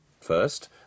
First